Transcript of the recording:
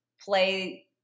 play